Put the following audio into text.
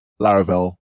Laravel